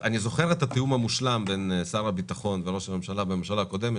אני זוכר את התיאום המושלם בין שר הביטחון וראש הממשלה בממשלה הקודמת,